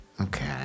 Okay